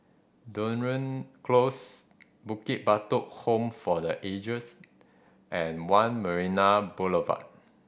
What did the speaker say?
Dunearn Close Bukit Batok Home for the Ages and One Marina Boulevard